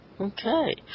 Okay